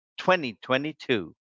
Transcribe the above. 2022